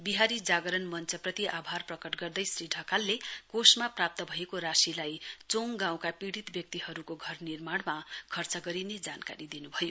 बिहारी जागरण मञ्चप्रति आभार प्रकट गर्दै श्री ढकालले कोषमा प्राप्त भएको राशिलाई चोङ गाउँका पीडित व्यक्तिहरुको घर निर्माण मा खर्च गरिने जानकारी दिनुभयो